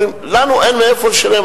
ואומרים: לנו אין מאיפה לשלם,